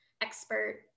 expert